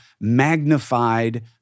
magnified